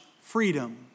freedom